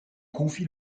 confie